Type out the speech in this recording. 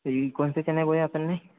जी कौन सा चना बोया अपन ने